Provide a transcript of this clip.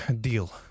deal